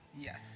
Yes